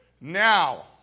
Now